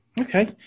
okay